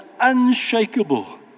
unshakable